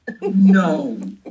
No